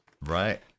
Right